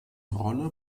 rolle